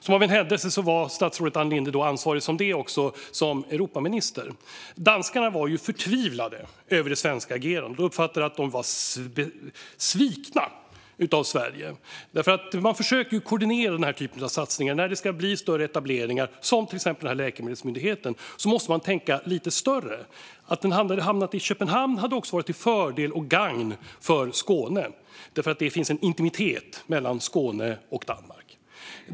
Som av en händelse var statsrådet Ann Linde då som Europaminister ansvarig för denna fråga. Danskarna var förtvivlade över det svenska agerandet. De uppfattade sig som svikna av Sverige. Man försöker nämligen koordinera denna typ av satsningar. När det ska göras större etableringar, till exempel denna läkemedelsmyndighet, måste man tänka lite större. Om den hade hamnat i Köpenhamn hade det varit till fördel och gagn också för Skåne, eftersom det finns en intimitet mellan Skåne och Danmark.